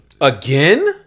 Again